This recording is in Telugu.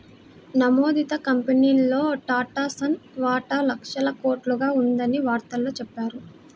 నమోదిత కంపెనీల్లో టాటాసన్స్ వాటా లక్షల కోట్లుగా ఉందని వార్తల్లో చెప్పారు